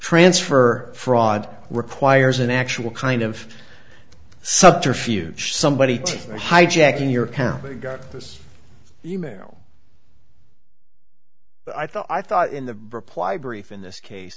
transfer fraud requires an actual kind of subterfuge somebody hijacking your account we got this e mail i thought i thought in the reply brief in this case